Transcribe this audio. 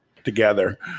together